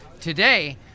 Today